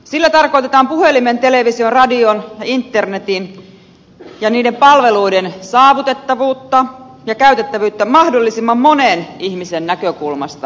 sillä tarkoitetaan puhelimen television radion ja internetin ja niiden palveluiden saavutettavuutta ja käytettävyyttä mahdollisimman monen ihmisen näkökulmasta